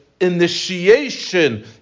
initiation